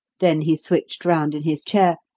then he switched round in his chair,